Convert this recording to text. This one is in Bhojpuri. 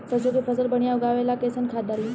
सरसों के फसल बढ़िया उगावे ला कैसन खाद डाली?